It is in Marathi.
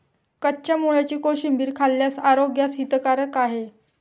कच्च्या मुळ्याची कोशिंबीर खाल्ल्यास आरोग्यास हितकारक आहे